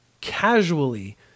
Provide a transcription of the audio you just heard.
casually